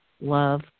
love